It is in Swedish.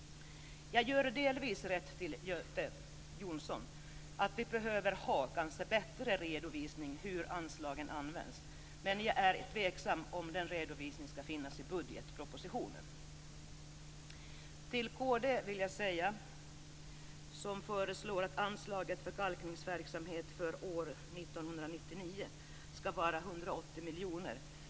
Jag ger delvis rätt till Göte Jonsson att vi kanske behöver ha en bättre redovisning av hur anslagen används. Men jag är tveksam till att den redovisningen skall finnas i budgetpropositionen.